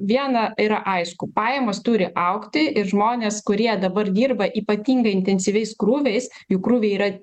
viena yra aišku pajamos turi augti ir žmonės kurie dabar dirba ypatingai intensyviais krūviais jų krūviai yra